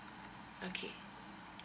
okay